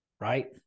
right